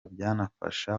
byanafasha